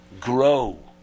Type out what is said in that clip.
grow